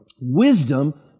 wisdom